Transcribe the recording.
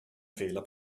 fehler